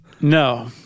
No